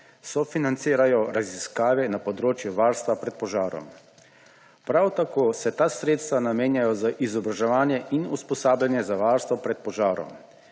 sofinancirajo raziskave na področju varstva pred požarom. Prav tako se ta sredstva namenjajo za izobraževanje in usposabljanje za varstvo pred požarom